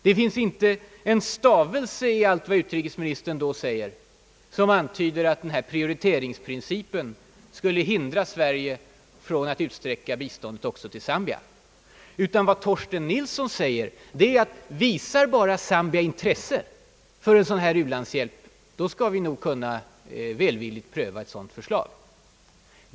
Det fanns inte en stavelse i allt vad utrikesministern då framhöll, som antydde att denna prioriteringsprincip skulle hindra Sverige från att utsträcka sitt bistånd också till Zambia. Vad han då uttalade var att man välvilligt skulle pröva ett förslag om ulandshjälp till Zambia, bara detta land självt visade något intresse för det.